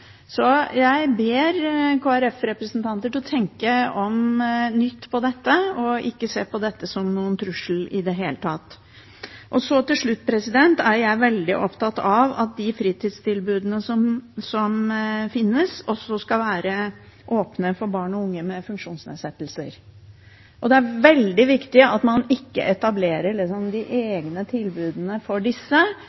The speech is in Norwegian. Så jeg ber representanter fra Kristelig Folkeparti om å tenke nytt når det gjelder dette, og ikke se på dette som noen trussel i det hele tatt. Til slutt: Jeg er veldig opptatt av at de fritidstilbudene som finnes, også skal være åpne for barn og unge med funksjonsnedsettelser. Det er veldig viktig at man ikke etablerer egne tilbud til disse, men at de